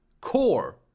core